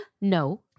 No